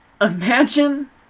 imagine